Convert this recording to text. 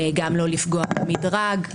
גם לא לפגוע במדרג,